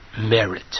merit